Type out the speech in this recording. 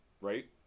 Right